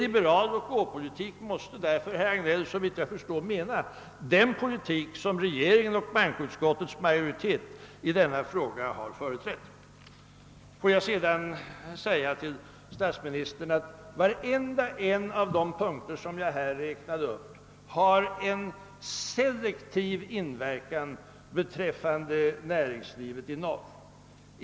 Såvitt jag förstår måste herr Hagnell därför med uttrycket »liberal låtgå-politik» mena den politik som regeringen och bankoutskottets majoritet företräder i denna fråga. Låt mig sedan säga till statsministern att samtliga de punkter som jag här har räknat upp har selektiv inverkan för näringslivet i norr.